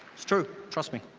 it's true, trust me.